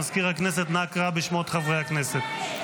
מזכיר הכנסת, אנא קרא בשמות חברי הכנסת.